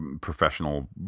professional